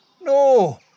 No